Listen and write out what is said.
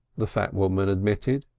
the fat woman admitted.